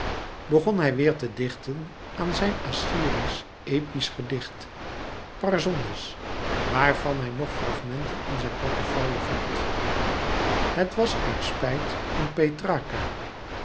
begon hij weêr te dichten aan zijn assyrisch episch gedicht parsondes waarvan hij nog fragmenten in zijn portefeuille vond het was uit spijt